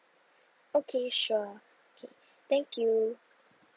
okay sure okay thank you